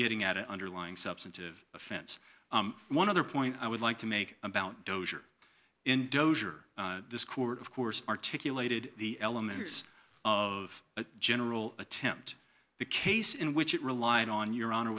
getting at the underlying substantive offense one other point i would like to make about dodger in dozer this court of course articulated the elements of a general attempt the case in which it relied on your honor